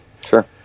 Sure